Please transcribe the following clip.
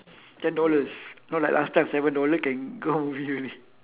ten dollars not like last time seven dollar can go movie already